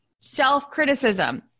self-criticism